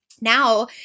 Now